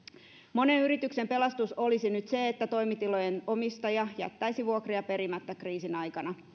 monen yrityksen pelastus olisi nyt se että toimitilojen omistaja jättäisi vuokria perimättä kriisin aikana